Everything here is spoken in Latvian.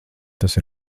tas